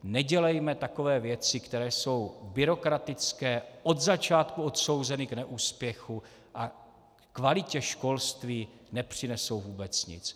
Nedělejme takové věci, které jsou byrokratické, od začátku odsouzeny k neúspěchu a kvalitě školství nepřinesou vůbec nic.